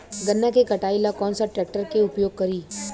गन्ना के कटाई ला कौन सा ट्रैकटर के उपयोग करी?